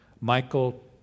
Michael